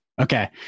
Okay